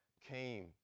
came